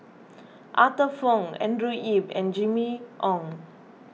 Arthur Fong Andrew Yip and Jimmy Ong